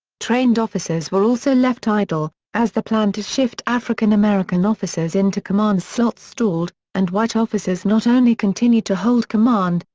trained officers were also left idle, as the plan to shift african-american officers into command slots stalled, and white officers not only continued to hold command,